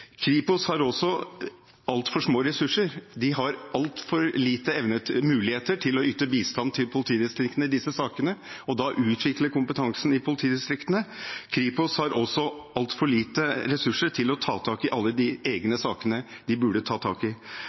Kripos har også altfor små ressurser. De har altfor lite muligheter til å yte bistand til politidistriktene i disse sakene og da utvikle kompetansen i politidistriktene. Kripos har også altfor lite ressurser til å ta tak i alle de egne sakene de burde ta tak i.